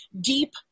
deep